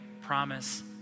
promise